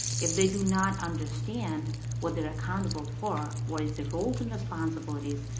if they do not understand what they're accountable for, what is the roles and responsibilities,